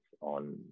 on